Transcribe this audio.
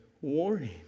warning